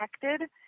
protected